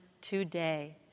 today